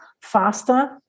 faster